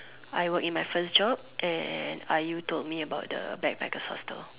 I work in my first job and are you told me about the backpackers hostel